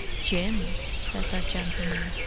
jim? said that gentleman.